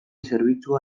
zerbitzua